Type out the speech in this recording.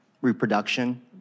reproduction